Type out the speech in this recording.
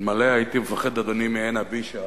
אלמלא הייתי מפחד, אדוני, מעינא בישא,